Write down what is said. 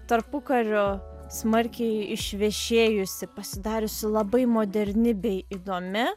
tarpukariu smarkiai išvešėjusi pasidariusi labai moderni bei įdomi